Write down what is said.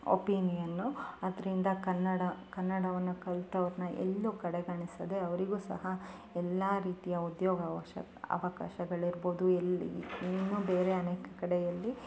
opinion ಅದ್ರಿಂದ ಕನ್ನಡ ಕನ್ನಡವನ್ನು ಕಲ್ತವ್ರನ್ನ ಎಲ್ಲು ಕಡೆಗಣಿಸದೆ ಅವರಿಗೂ ಸಹ ಎಲ್ಲ ರೀತಿಯ ಉದ್ಯೋಗ ಅವಶ್ಯ ಅವಕಾಶಗಳಿರ್ಬೋದು ಎಲ್ಲಿ ಇನ್ನು ಬೇರೆ ಅನೇಕ ಕಡೆಯಲ್ಲಿ